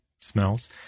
smells